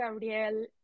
Gabriel